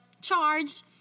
charged